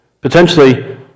potentially